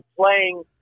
Playing